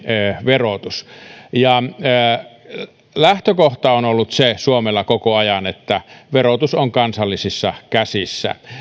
verotus lähtökohta on ollut se suomella koko ajan että verotus on kansallisissa käsissä